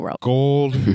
gold